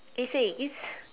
eh say again